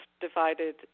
divided